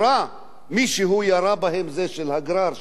מישהו ירה בהם, זה של הגרר בבוקר.